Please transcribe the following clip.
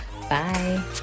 bye